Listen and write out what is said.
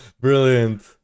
Brilliant